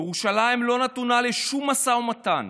ירושלים לא נתונה לשום משא ומתן,